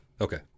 Okay